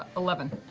eleven.